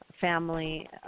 family